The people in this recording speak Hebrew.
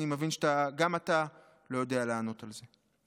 אני מבין שגם אתה לא יודע לענות על זה.